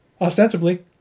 ostensibly